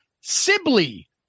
Sibley